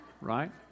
Right